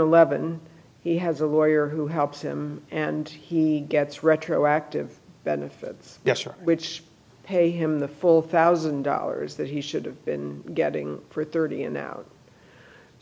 eleven he has a lawyer who helps him and he gets retroactive benefit gesture which pay him the full thousand dollars that he should have been getting for thirty and now